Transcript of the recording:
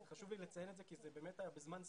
חשוב לי לציין את זה כי זה באמת היה בזמן שיא.